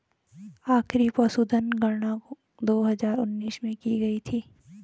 आखिरी पशुधन गणना दो हजार उन्नीस में की गयी थी